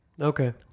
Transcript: Okay